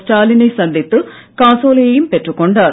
ஸ்டாலினை சந்தித்து காசோலையைப் பெற்றுக் கொண்டார்